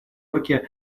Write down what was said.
йорке